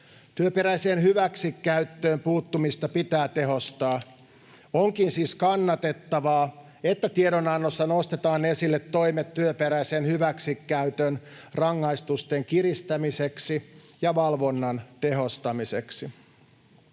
Työperäiseen hyväksikäyttöön puuttumista pitää tehostaa. Onkin siis kannatettavaa, että tiedonannossa nostetaan esille toimet työperäisen hyväksikäytön rangaistusten kiristämiseksi ja valvonnan tehostamiseksi.